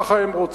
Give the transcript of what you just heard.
כך הם רוצים.